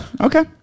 Okay